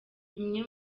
bimwe